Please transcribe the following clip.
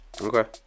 Okay